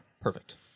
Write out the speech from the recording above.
Perfect